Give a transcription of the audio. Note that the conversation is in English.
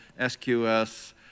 SQS